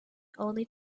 only